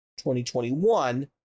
2021